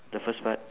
the first part